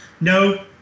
no